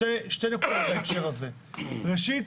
שתי נקודות בהקשר הזה: ראשית,